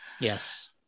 Yes